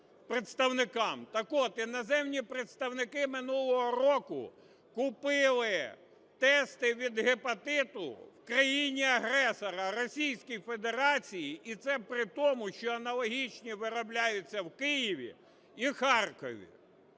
Так от, іноземні представники минулого року купили тести від гепатиту в країни-агресора Російській Федерації, і це при тому, що аналогічні виробляються в Києві і Харкові.